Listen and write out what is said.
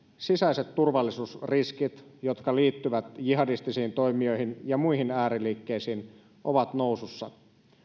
sisäiset turvallisuusriskit jotka liittyvät jihadistisiin toimijoihin ja muihin ääriliikkeisiin ovat nousussa